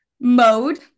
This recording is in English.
mode